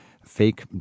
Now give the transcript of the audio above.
fake